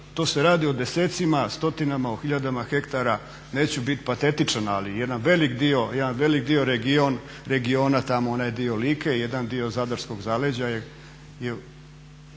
to se radi o desecima, stotinama, o tisućama hektara, neću biti patetičan ali jedan velik dio regiona, tamo onaj dio Like i jedan dio zadarskog zaleđa živi